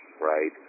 right